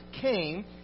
came